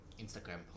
Instagram